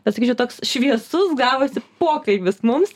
pasakysiu toks šviesus gavosi pokalbis mums